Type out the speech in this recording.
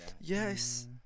Yes